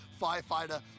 Firefighter